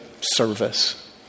service